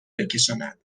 بکشاند